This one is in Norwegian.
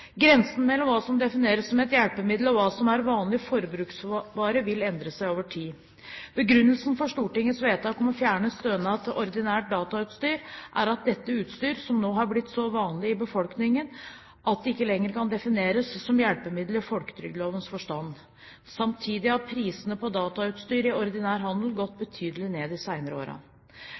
Grensen mellom hva som defineres som et hjelpemiddel, og hva som er en vanlig forbruksvare, vil endre seg over tid. Begrunnelsen for Stortingets vedtak om å fjerne stønad til ordinært datautstyr er at dette er utstyr som nå har blitt så vanlig i befolkningen at det ikke lenger kan defineres som hjelpemiddel i folketrygdlovens forstand. Samtidig har prisene på datautstyr i ordinær handel gått betydelig ned de